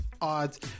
odds